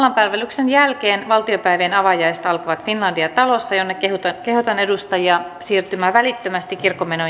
jumalanpalveluksen jälkeen valtiopäivien avajaiset alkavat finlandia talossa jonne kehotan edustajia siirtymään välittömästi kirkonmenojen päätyttyä